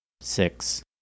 six